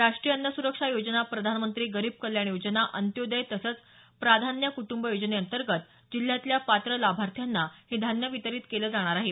राष्ट्रीय अन्नसुरक्षा योजना प्रधानमंत्री गरीब कल्याण योजना अंत्योदय तसंच प्राधान्य कुटुंब योजनेअंतर्गत जिल्ह्यातल्या पात्र लाभार्थ्यांना हे धान्य वितरीत केलं जाणार आहे